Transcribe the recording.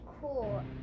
cool